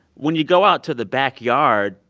when you go out to the backyard,